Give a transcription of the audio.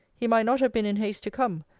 he might not have been in haste to come,